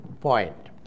point